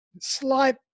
slight